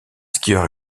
skieur